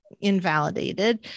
invalidated